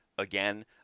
again